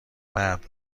مرد